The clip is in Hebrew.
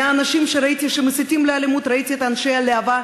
מהאנשים שראיתי שמסיתים לאלימות ראיתי את אנשי להב"ה,